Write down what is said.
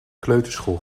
kleuterschool